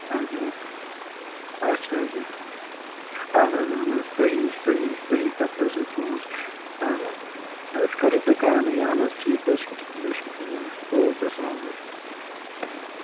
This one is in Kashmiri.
اَچھا اَچھا اَچھا حظ یہِ اَہَن حظ اَہَن حظ صحیح صحیح صحیح کَتھ حظ چھُ تُہنٛز اَہَن حظ أسۍ کَرو دُکانٕے اَہَن حظ ٹھیٖک حظ چھُ ٹھیٖک حظ شُکریہ او کے اسلام علیکُم